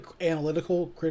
analytical